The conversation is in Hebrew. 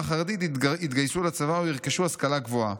החרדית יתגייסו לצבא או ירכשו השכלה גבוהה.